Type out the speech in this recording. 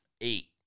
Eight